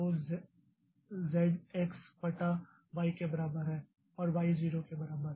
तो z x बटा y के बराबर है और y 0 के बराबर